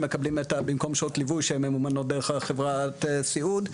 שבמקום שעות ליווי שממומנות דרך חברת הסיעוד,